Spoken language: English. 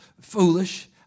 foolish